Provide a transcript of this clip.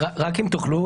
רק אם תוכלו,